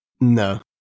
No